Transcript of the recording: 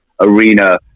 arena